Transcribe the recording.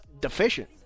deficient